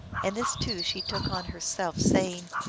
and this, too, she took on herself, saying,